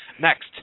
Next